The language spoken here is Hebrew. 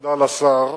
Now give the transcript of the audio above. תודה לשר,